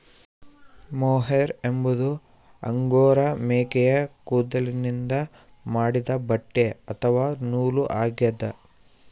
mohair ಎಂಬುದು angora ಮೇಕೆಯ ಕೂದಲಿನಿಂದ ಮಾಡಿದ ಬಟ್ಟೆ ಅಥವಾ ನೂಲು ಆಗ್ಯದ